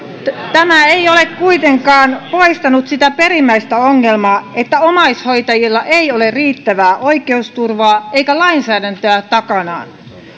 tämä ei ole kuitenkaan poistanut sitä perimmäistä ongelmaa että omaishoitajilla ei ole riittävää oikeusturvaa eikä lainsäädäntöä takanaan